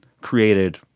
created